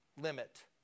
limit